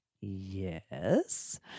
yes